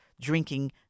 drinking